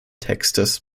textes